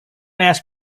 ask